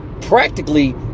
practically